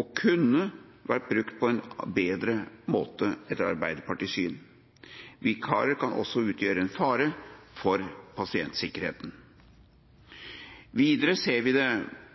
og kunne vært brukt på en bedre måte, etter Arbeiderpartiets syn. Vikarer kan også utgjøre en fare for pasientsikkerheten. Videre ser vi at det